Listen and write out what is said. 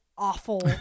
awful